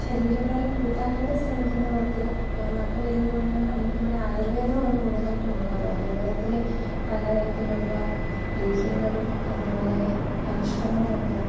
ശരീരഭാരം കൂട്ടാനായിട്ടു ശ്രമിക്കുന്നവർക്ക് നാട്ടുവൈദ്യങ്ങളെന്ന് പറഞ്ഞാല് നമുക്കിവിടെ ആയൂർവേദമാണ് കുടുതലായിട്ടുള്ളത് ആയൂർവേദത്തിലെ പല തരത്തിലുള്ള ലേഹ്യങ്ങളും അതുപോലെ അരിഷ്ടങ്ങളുമൊക്കെ